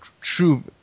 true